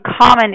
common